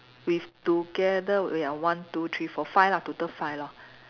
with together we are one two three four five lah total five lor